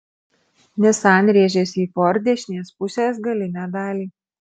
nissan rėžėsi į ford dešinės pusės galinę dalį